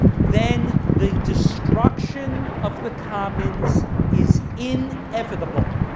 then the destruction of the commons is inevitable.